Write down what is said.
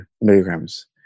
milligrams